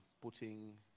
putting